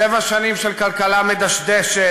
שבע שנים של כלכלה מדשדשת,